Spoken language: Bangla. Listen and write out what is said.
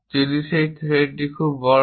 যদি সেই থ্রেডটি খুব বড় হয়